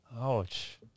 ouch